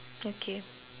okay